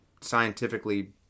scientifically